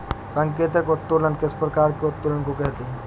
सांकेतिक उत्तोलन किस प्रकार के उत्तोलन को कहते हैं?